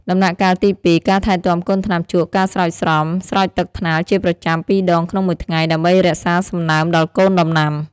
ដំណាក់កាលទី ២ ការថែទាំកូនថ្នាំជក់ ការស្រោចស្រព ស្រោចទឹកថ្នាលជាប្រចាំពីរដងក្នុងមួយថ្ងៃ ដើម្បីរក្សាសំណើមដល់កូនដំណាំ។